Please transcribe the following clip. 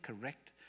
correct